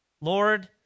Lord